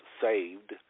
saved